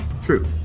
True